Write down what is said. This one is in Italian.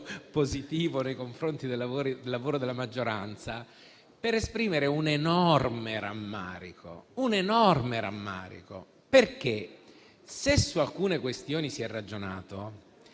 positivo nei confronti del lavoro della maggioranza per esprimere un enorme rammarico. Su alcune questioni si è ragionato.